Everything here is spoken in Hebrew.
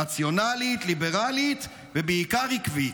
רציונלית, ליברלית, ובעיקר עקבית.